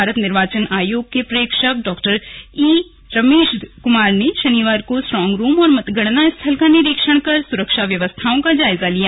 भारत निर्वाचन अयोग के प्रेक्षक डा ई रमेश कुमार ने शनिवार को स्ट्रॉन्ग रूम और मतगणना स्थल का निरीक्षण कर सुरक्षा व्यवस्थाओं का जायजा लिया